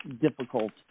difficult